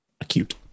acute